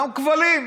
גם כבלים,